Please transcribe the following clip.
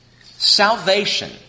Salvation